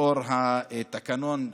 לאור התקנון,